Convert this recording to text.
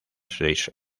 seis